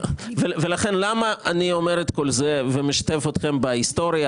אני אומר לכם למה אני אומר את כל זה ומשתף אתכם בהיסטוריה.